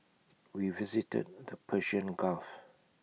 we visited the Persian gulf